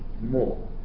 more